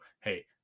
hey